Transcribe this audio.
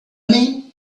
mean